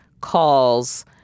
calls